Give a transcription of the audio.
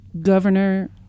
governor